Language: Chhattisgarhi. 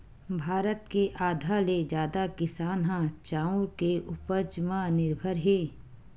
भारत के आधा ले जादा किसान ह चाँउर के उपज म निरभर हे